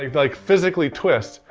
like physically twist,